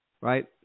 Right